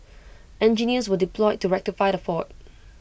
engineers were deployed to rectify the fault